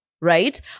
right